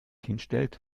hinstellt